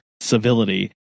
civility